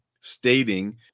stating